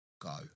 go